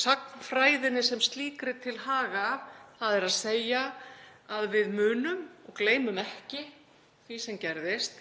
sagnfræðinni sem slíkri til haga, þ.e. að við munum og gleymum ekki því sem gerðist,